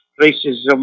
racism